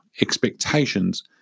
expectations